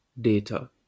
data